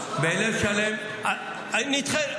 נדחה.